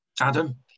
Adam